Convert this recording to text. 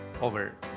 over